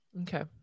okay